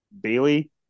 Bailey